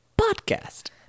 Podcast